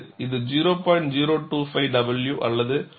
025 w அல்லது 1